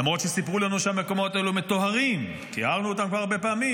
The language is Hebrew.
למרות שסיפרו לנו שהמקומות הללו מטוהרים ושטיהרנו אותם כבר הרבה פעמים,